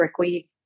brickweed